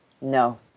No